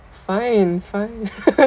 fine fine